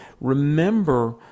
remember